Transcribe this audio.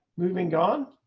moving on.